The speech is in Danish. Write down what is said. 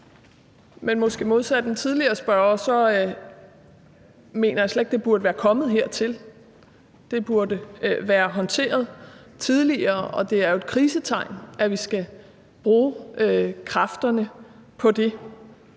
– måske modsat den tidligere spørger – slet ikke, det burde være kommet hertil. Det burde være håndteret tidligere, og det er jo et krisetegn, at vi skal bruge vores kræfter på, at